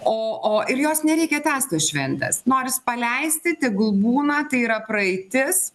o o ir jos nereikia tęst tos šventės noris paleisti tegul būna tai yra praeitis